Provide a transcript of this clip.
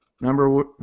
Number